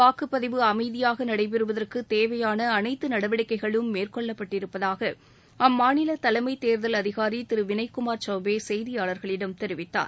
வாக்குப்பதிவு அமைதியாக நடைபெறுவதற்கு தேவையாள அளைத்து நடவடிக்கைகளும் மேற்கொள்ளப்பட்டிருப்பதாக அம்மாநில தலைமை தேர்தல் அதிகாரி திரு வினய்குமார் சௌவ்பே செய்தியாளர்களிடம் தெரிவித்தார்